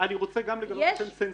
גברותיי, אני רוצה גם לגלות לכן סנסציה.